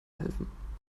helfen